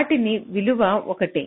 వాటి విలువ ఒకటే